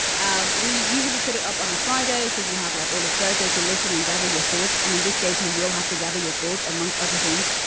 um we usually put it up on a friday. so you have like all of thursday to listen and gather your thoughts. and in this case, you will have to gather your thoughts, amongst other things.